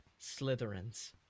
Slytherins